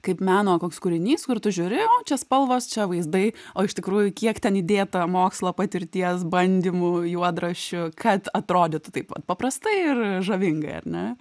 kaip meno koks kūrinys kur tu žiūri o čia spalvos čia vaizdai o iš tikrųjų kiek ten įdėta mokslo patirties bandymų juodraščių kad atrodytų taip pat paprastai ir žavingai ar ne